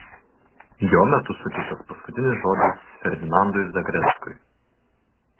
jo metu suteiktas paskutinis žodis ferdinandui zagreckui